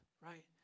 right